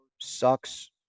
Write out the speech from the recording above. sucks